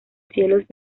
cielos